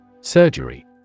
Surgery